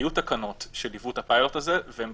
היו תקנות שליוו את הפיילוט הזה והן